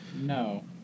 No